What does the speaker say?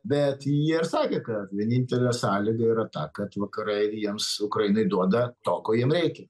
bet jie ir sakė kad vienintelė sąlyga yra ta kad vakarai jiems ukrainai duoda to ko jiem reikia